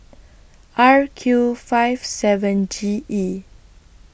R Q five seven G E